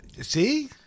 See